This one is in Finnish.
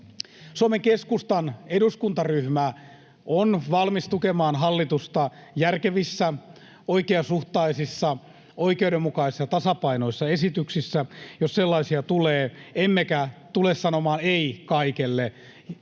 Suomen keskustan eduskuntaryhmä on valmis tukemaan hallitusta järkevissä, oikeasuhtaisissa, oikeudenmukaisissa ja tasapainoissa esityksissä, jos sellaisia tulee, emmekä tule sanomaan ”ei” kaikelle,